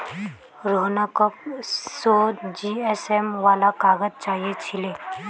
रोहनक सौ जीएसएम वाला काग़ज़ चाहिए छिले